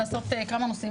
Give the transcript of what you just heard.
אני אשמח לעשות כמה נושאים,